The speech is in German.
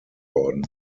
worden